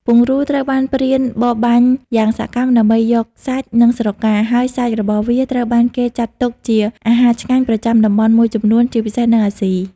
ពង្រូលត្រូវបានព្រានបរបាញ់យ៉ាងសកម្មដើម្បីយកសាច់ និងស្រកា ហើយសាច់របស់វាត្រូវបានគេចាត់ទុកជាអាហារឆ្ងាញ់ប្រចាំតំបន់មួយចំនួន ជាពិសេសនៅអាស៊ី។